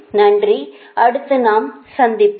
நன்றி அடுத்து நாம் சந்திப்போம்